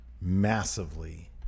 massively